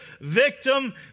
victim